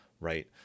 right